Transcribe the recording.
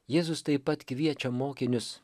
jėzus taip pat kviečia mokinius